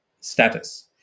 status